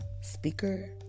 speaker